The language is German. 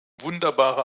wunderbare